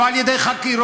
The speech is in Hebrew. לא על ידי חקירות,